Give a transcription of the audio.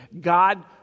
God